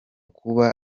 kuba